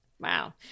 Wow